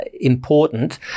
important